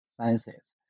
Sciences